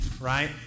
Right